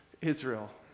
Israel